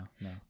no